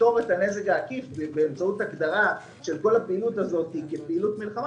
לפתור את הנזק העקיף באמצעות הגדרה של כל הפעילות הזאת כפעילות מלחמה